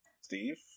Steve